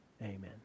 Amen